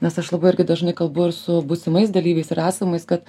nes aš labai irgi dažnai kalbu ir su būsimais dalyviais ir esamais kad